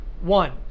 One